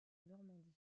normandie